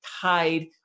tied